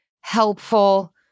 helpful